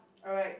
alright